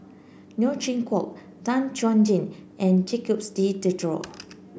Neo Chwee Kok Tan Chuan Jin and Jacques De Coutre